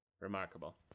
Remarkable